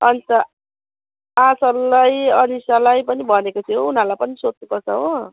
अन्त आँचललाई अनिसालाई पनि भनेको छु उनीहरूलाई पनि सोध्नु पर्छ हो